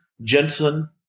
Jensen